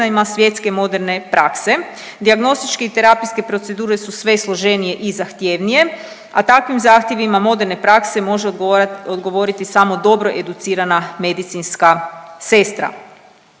svjetske moderne prakse, dijagnostičke i terapijske procedure su sve složenije i zahtjevnije, a takvim zahtjevima moderne prakse može odgovoriti samo dobro educirana medicinska sestra.